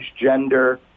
gender